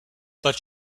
but